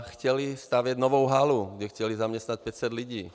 Chtěli stavět novou halu, kde chtěli zaměstnat 500 lidí.